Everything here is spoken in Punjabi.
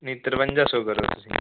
ਨਹੀਂ ਤਰਵੰਜਾ ਸੌ ਕਰੋ ਤੁਸੀਂ